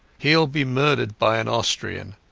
heall be murdered by an austrian,